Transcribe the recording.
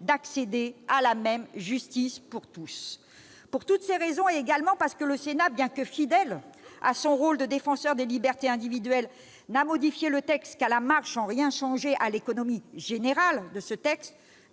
d'accéder à la même justice pour tous. Pour toutes ces raisons, et également parce que le Sénat, malgré sa fidélité à son rôle de défenseur des libertés individuelles, n'a modifié le texte qu'à la marge sans rien changer à son économie générale,